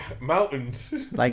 mountains